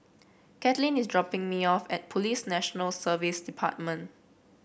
Kathlene is dropping me off at Police National Service Department